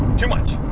too much!